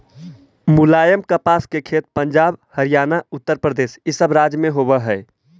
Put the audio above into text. मुलायम कपास के खेत पंजाब, हरियाणा, उत्तरप्रदेश इ सब राज्य में होवे हई